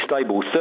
stable